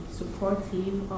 supportive